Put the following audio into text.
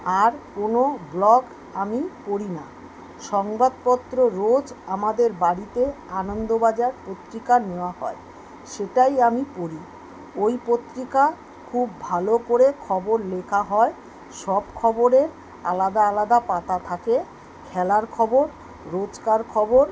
আর কোনও ব্লগ আমি পড়ি না সংবাদপত্র রোজ আমাদের বাড়িতে আনন্দবাজার পত্রিকা নেওয়া হয় সেটাই আমি পড়ি ওই পত্রিকা খুব ভালো করে খবর লেখা হয় সব খবরের আলাদা আলাদা পাতা থাকে খেলার খবর রোজকার খবর